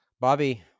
Bobby